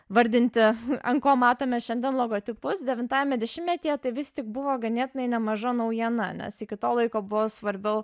vardinti an ko matome šiandien logotipus devintajame dešimtmetyje tai vis tik buvo ganėtinai nemaža naujiena nes iki to laiko buvo svarbiau